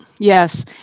Yes